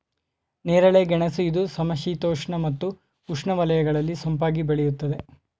ನೇರಳೆ ಗೆಣಸು ಇದು ಸಮಶೀತೋಷ್ಣ ಮತ್ತು ಉಷ್ಣವಲಯಗಳಲ್ಲಿ ಸೊಂಪಾಗಿ ಬೆಳೆಯುತ್ತದೆ